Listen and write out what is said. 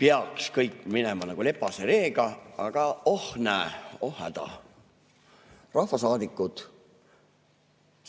Peaks kõik minema nagu lepase reega, aga näe, oh häda! Rahvasaadikud